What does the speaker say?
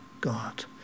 God